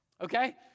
Okay